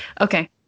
okay